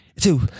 two